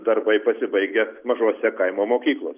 darbai pasibaigė mažose kaimo mokyklose